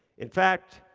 in fact,